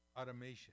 Automation